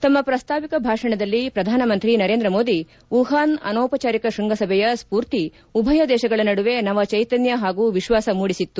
ತಮ್ನ ಪ್ರಸ್ತಾವಿಕ ಭಾಷಣದಲ್ಲಿ ಪ್ರಧಾನಮಂತ್ರಿ ನರೇಂದ್ರ ಮೋದಿ ವುಹಾನ್ ಅನೌಪಚಾರಿಕ ಶ್ವಂಗಸಭೆಯ ಸೂರ್ತಿ ಉಭಯ ದೇಶಗಳ ನಡುವೆ ನವಚ್ಚೆತನ್ನ ಹಾಗೂ ವಿಶ್ವಾಸ ಮೂಡಿಸಿತ್ತು